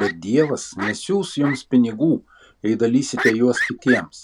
bet dievas nesiųs jums pinigų jei dalysite juos kitiems